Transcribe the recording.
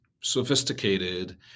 sophisticated